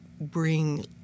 bring